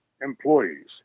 employees